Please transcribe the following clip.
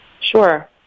Sure